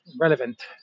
relevant